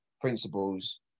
principles